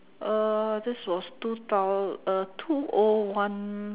uh this was two thou~ uh two O one